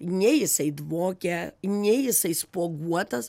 nei jisai dvokia nei jisai spuoguotas